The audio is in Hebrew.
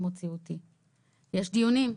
יש דיונים,